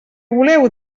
voleu